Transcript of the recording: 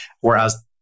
whereas